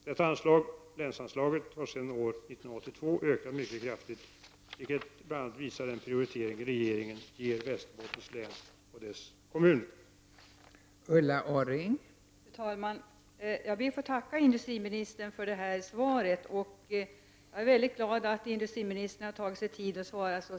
Detta anslag, länsanslaget, har sedan år 1982 ökat mycket kraftigt, vilket bl.a. visar den prioritering regeringen ger Västerbottens län och dess kommuner.